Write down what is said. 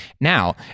Now